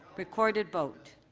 recorded vote.